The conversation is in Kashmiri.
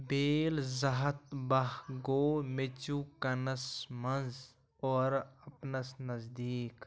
تیل زٕ ہَتھ باہ گو٘و مٮ۪ژِوٗ کَنّس منٛز اورٕ اَپنس نٔزدیٖک